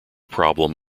problem